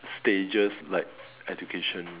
stages like education